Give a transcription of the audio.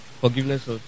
forgiveness